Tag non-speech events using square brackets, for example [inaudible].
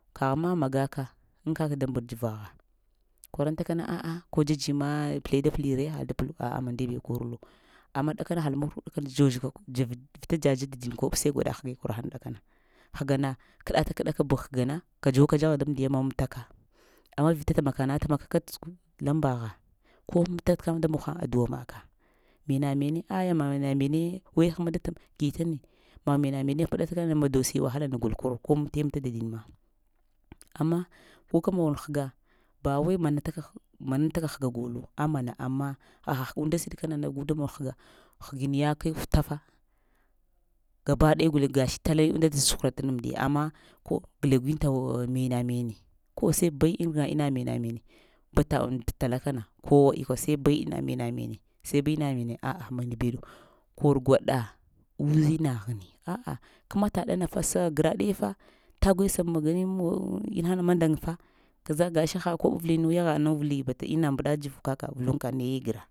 Kəgh ma magaka ay kəgh da mbsɗ dzovagha korantaka na ah ah ko dzadzima pəle da pəlire nai da pəlu aa mandaibu, koruhe amma ɗakana hal mon baɗ dzəvu [hesitation] vita dza-dza dadiy tə kobo sai gwaɗa həge ɗowka, həgana, kəɗata-kəɗaka bə tə həgama kadzuwal guka dzagha daymədiya, mətaka, amma vita tamakana tamaka tə zəg laymbagha ko mətaka ma da mog həŋ adu'a maka mena-mene ayya mena-mene way həma da taimakita neh vaa mena-mene pəɗata kana ma dosi wahalana gol koro, ko məte-məta dadin ma, amma guka mon həga ba wai manataka, manatak həga golu am mana, amma ha unda siɗi kana na gu da mon həga həgin yakai hutafa, gabadaya guləŋ gashi tale unda da tsuhurataɗ amədiya, amna ƙ glagiwunta mena-mene, ko sai bai irin inna mene-mene, bata und tala kana ko ba sai bai in inna mena mene, sai bai in mena-mene a'a mandaya bedu, kor gwaɗa uzinaghni a'a kəmata ɗana fa sa graɗe fa taguy we sa manayiy [hesitation] inaha mannday fa, kaza gashi ha koɓu av'linu yagha anun vəli kata inna mbaɗa dzov kuka vulunka nayegira